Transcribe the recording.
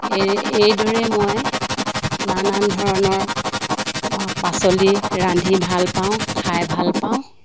এই এইদৰে মই নানান ধৰণৰ পাচলি ৰান্ধি ভালপাওঁ খাই ভালপাওঁ